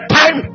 time